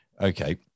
okay